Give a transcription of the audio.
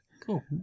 cool